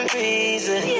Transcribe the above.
reason